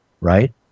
Right